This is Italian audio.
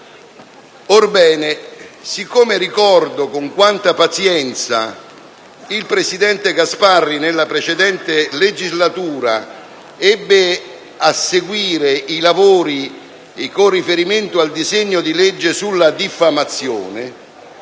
Orbene, poiché ricordo con quanta pazienza il presidente Gasparri nella precedente legislatura ebbe a seguire i lavori relativi al disegno di legge sulla diffamazione,